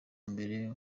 mbere